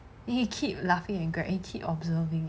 he keep laughing at greg he keep observing